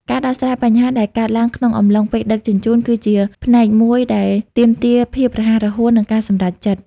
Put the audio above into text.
ការដោះស្រាយបញ្ហាដែលកើតឡើងក្នុងអំឡុងពេលដឹកជញ្ជូន គឺជាផ្នែកមួយដែលទាមទារភាពរហ័សរហួន និងការសម្រេចចិត្ត។